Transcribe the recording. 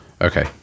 okay